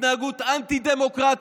התנהגות אנטי-דמוקרטית,